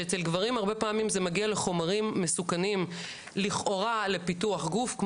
שאצל גברים הרבה פעמים זה מגיע לחומרים מסוכנים לכאורה לפיתוח גוף,